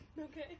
Okay